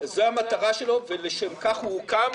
זו המטרה שלו ולשם כך הוא הוקם.